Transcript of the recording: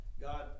God